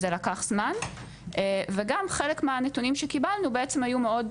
וזה לקח זמן וגם חלק מהנתונים שקיבלנו בעצם היום מאוד